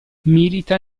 milita